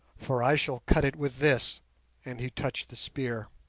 for i shall cut it with this and he touched the spear.